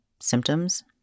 symptoms